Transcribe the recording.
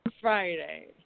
Friday